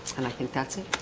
and i think that's it